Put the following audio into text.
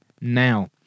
now